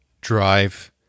drive